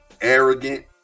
arrogant